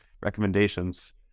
recommendations